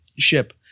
ship